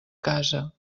casa